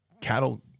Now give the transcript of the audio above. cattle